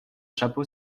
chapeau